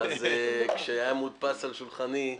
אז כשהיה מודפס על שולחני,